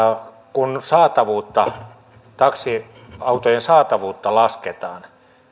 kun taksiautojen saatavuutta lasketaan